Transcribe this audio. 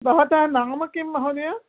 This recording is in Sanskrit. भवतः नाम किम् महोदय